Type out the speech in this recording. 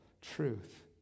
truth